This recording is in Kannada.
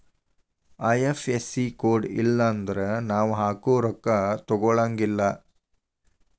ಐ.ಎಫ್.ಎಸ್.ಇ ಕೋಡ್ ಇಲ್ಲನ್ದ್ರ ನಾವ್ ಹಾಕೊ ರೊಕ್ಕಾ ತೊಗೊಳಗಿಲ್ಲಾ